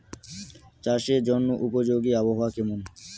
চাষের জন্য উপযোগী আবহাওয়া কেমন?